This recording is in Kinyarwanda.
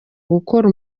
gukora